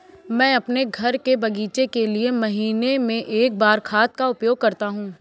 मैं अपने घर के बगीचे के लिए महीने में एक बार खाद का उपयोग करता हूँ